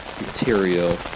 material